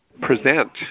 present